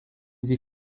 sie